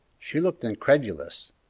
she looked incredulous.